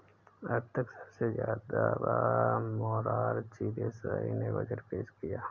अब तक सबसे ज्यादा बार मोरार जी देसाई ने बजट पेश किया है